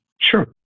Sure